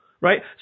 right